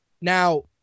Now